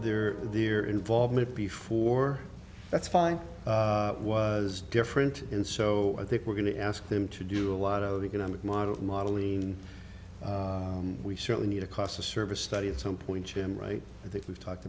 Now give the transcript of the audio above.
they're the year involvement before that's fine was different and so i think we're going to ask them to do a lot of economic model modeling we certainly need a casa service study at some point jim wright i think we've talked